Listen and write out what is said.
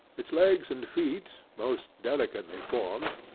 its legs and feet, most delicately formed,